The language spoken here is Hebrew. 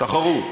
תחרות.